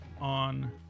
on